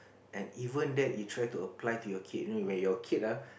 and even that you try to apply to your kid you know when your kid ah